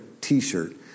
t-shirt